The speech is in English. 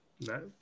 No